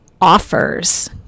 offers